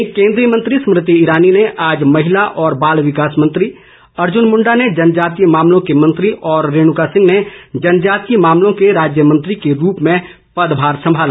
वहीं केन्द्रीय मंत्री स्मृति ईरानी ने आज महिला और बाल विकास मंत्री अर्जुन मुंडा ने जनजातीय मामलों के मंत्री और रेणुका सिंह ने जनजातीय मामलों के राज्यमंत्री के रूप में पदभार संभाला